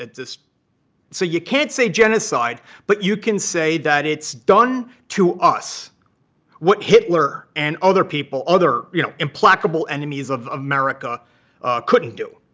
ah so you can't say genocide. but you can say that it's done to us what hitler and other people, other you know implacable enemies of america couldn't do.